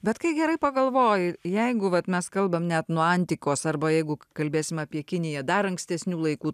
bet kai gerai pagalvoji jeigu vat mes kalbam net nuo antikos arba jeigu kalbėsime apie kiniją dar ankstesnių laikų